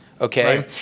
okay